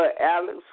Alex